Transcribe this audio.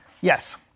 yes